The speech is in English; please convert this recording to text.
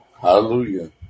Hallelujah